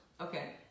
okay